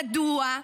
מדוע?